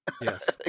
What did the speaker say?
yes